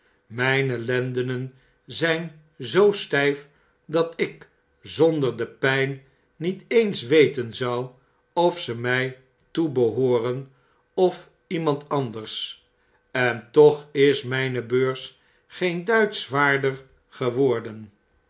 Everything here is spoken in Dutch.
mjjne lendenen zijn zoo stgf dat ik zonder de pijn niet eens weten zou of ze mfl toebehooren of iemand anders en toch is mpe beurs geen duit zwaarder geworden